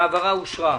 ההעברה אושרה.